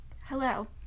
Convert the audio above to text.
hello